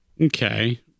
Okay